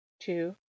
two